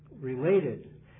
related